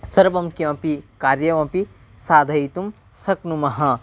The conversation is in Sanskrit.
सर्वं किमपि कार्यमपि साधयितुं शक्नुमः